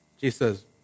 Jesus